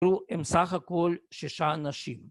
‫הם סך הכול שישה אנשים.